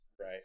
Right